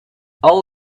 all